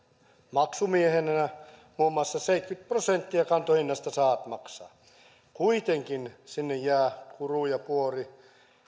maksumiehenä muun muassa seitsemänkymmentä prosenttia kantohinnasta sahat maksavat kuitenkin sinne jää puru ja kuori